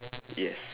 yes